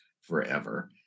forever